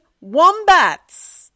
wombats